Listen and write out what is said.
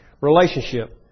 relationship